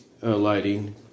lighting